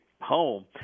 home